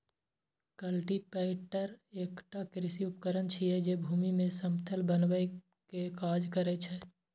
cultipacker एकटा कृषि उपकरण छियै, जे भूमि कें समतल बनबै के काज करै छै